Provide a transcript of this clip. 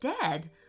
dead